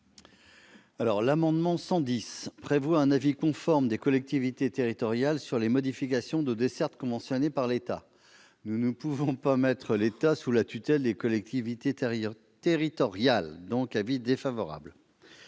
L'amendement n° 110 tend à prévoir un avis conforme des collectivités territoriales sur les modifications de dessertes conventionnées par l'État. Nous ne pouvons pas mettre l'État sous la tutelle des collectivités territoriales. La commission émet